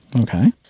Okay